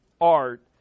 art